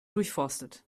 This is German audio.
durchforstet